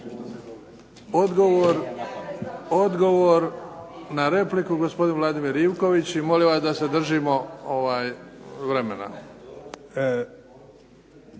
Odgovor na repliku gospodin Vladimir Ivković i molim vas da se držimo vremena.